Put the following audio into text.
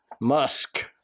Musk